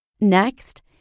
Next